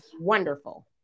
wonderful